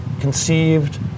conceived